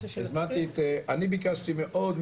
סגן שרת החינוך מאיר יצחק הלוי: אני ביקשתי מאוד,